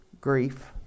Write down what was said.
Grief